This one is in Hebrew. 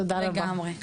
תודה רבה.